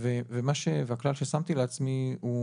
והכלל ששמתי לעצמי הוא